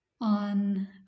on